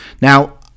Now